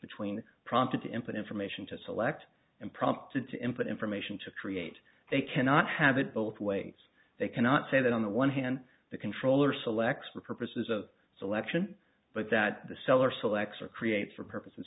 between prompted to input information to select and prompted to input information to create they cannot have it both ways they cannot say that on the one hand the controller selects for purposes of selection but that the seller selects or creates for purposes